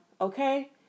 Okay